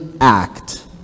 act